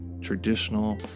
traditional